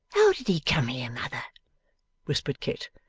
how did he come here, mother whispered kit.